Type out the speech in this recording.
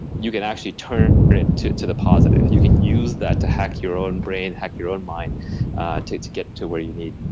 you can actually turn it to to the positive. you can use that to hack your own brain, hack your own mind to to get to where you need.